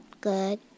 Good